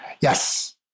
Yes